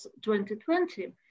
2020